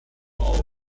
auf